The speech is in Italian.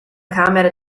camera